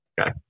Okay